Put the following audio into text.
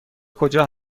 کجا